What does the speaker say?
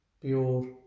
pure